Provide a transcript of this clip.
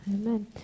amen